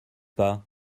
pas